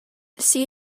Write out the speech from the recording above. see